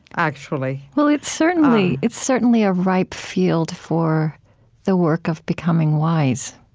actually well, it's certainly it's certainly a ripe field for the work of becoming wise.